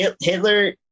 Hitler